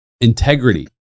Integrity